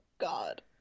god